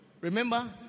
Remember